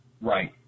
Right